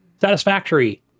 satisfactory